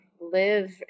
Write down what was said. live